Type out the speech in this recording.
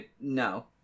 no